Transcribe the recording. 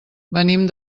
venim